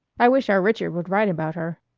i wish our richard would write about her.